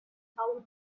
how